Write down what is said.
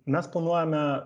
mes planuojame